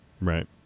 right